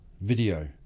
video